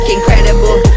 Incredible